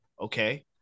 Okay